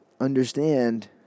Understand